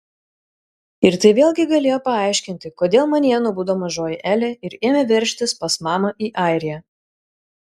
ir tai vėlgi galėjo paaiškinti kodėl manyje nubudo mažoji elė ir ėmė veržtis pas mamą į airiją